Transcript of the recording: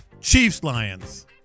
Chiefs-Lions